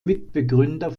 mitbegründer